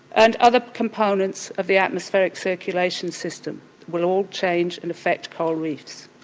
and other components of the atmospheric circulation system will all change and affect coral reefs.